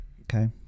Okay